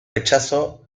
rechazo